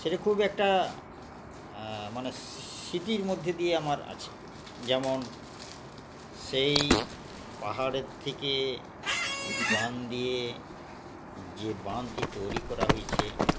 সেটা খুব একটা মানে স্মৃতির মধ্যে দিয়ে আমার আছে যেমন সেই পাহাড়ের থেকে বাঁধ দিয়ে যে বাঁধটি তৈরি করা হয়েছে